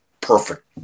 perfect